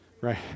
right